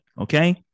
okay